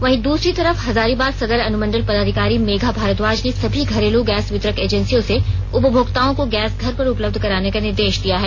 वहीं दूसरी तरफ हजारीबाग सदर अनुमंडल पदाधिकारी मेघा भारद्वाज ने सभी घरेलू गैस वितरक एजेंसियों से उपभोक्ताओं को गैस घर पर उपलब्ध कराने का निर्देश दिया है